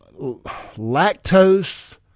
lactose